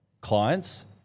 clients